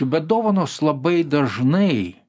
bet dovanos labai dažnai